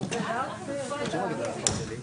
יו"ר משותף של איגוד מנהלי מחלקות החינוך.